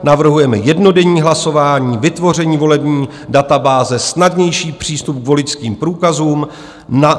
Navrhujeme jednodenní hlasování, vytvoření volební databáze, snadnější přístup k voličským průkazům.